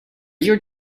your